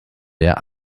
der